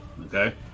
Okay